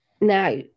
Now